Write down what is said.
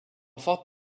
forte